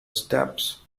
steps